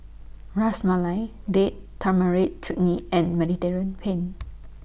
Ras Malai Date Tamarind Chutney and Mediterranean Pen